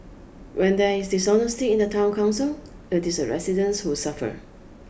when there is dishonesty in the town council it is the residents who suffer